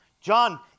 John